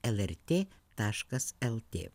lrt taškas lt